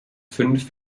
fünf